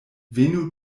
venu